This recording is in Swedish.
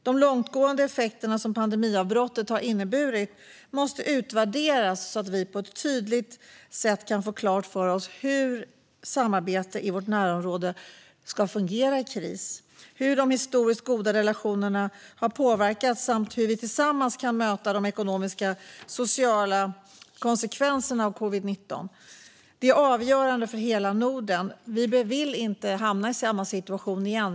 De långtgående effekter som pandemiavbrottet har inneburit måste utvärderas så att vi på ett tydligt sätt kan få klart för oss hur samarbete i vårt närområde ska fungera i kris, hur de historiskt goda relationerna har påverkats samt hur vi tillsammans kan möta de ekonomiska och sociala konsekvenserna av covid-19. Detta är avgörande för hela Norden. Vi vill inte hamna i samma situation igen.